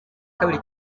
kabiri